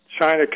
China